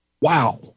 Wow